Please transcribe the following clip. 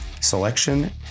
selection